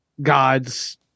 gods